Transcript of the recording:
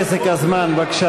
תגיד פעם אחת שטעית,